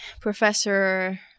professor